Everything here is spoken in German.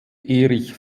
erich